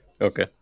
Okay